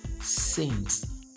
Saints